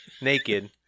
naked